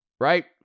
Right